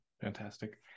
Fantastic